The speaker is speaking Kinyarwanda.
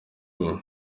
ubu